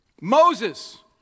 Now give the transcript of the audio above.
Moses